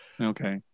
Okay